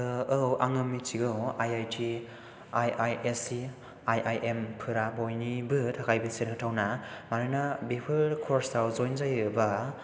औ आङो मिन्थिगौ I I T I I S E I I M फोरा बयनिबो थाखाय गोसो होथावना मानोना बेफोर कर्सआव जयेन जायोबा